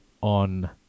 on